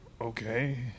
Okay